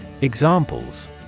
examples